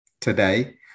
today